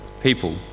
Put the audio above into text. people